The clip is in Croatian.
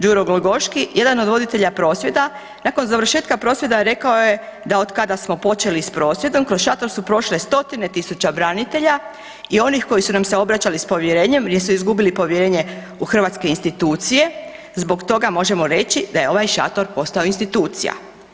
Đuro Glogoški jedan od voditelja prosvjeda nakon završetka prosvjeda rekao je da otkada smo počeli s prosvjedom kroz šator su prošle stotine tisuća branitelja i onih koji su nam se obraćali s povjerenjem jer su izgubili povjerenje u hrvatske institucije i zbog toga možemo reći da je ovaj šator postao institucija.